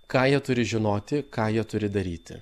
ką jie turi žinoti ką jie turi daryti